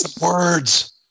words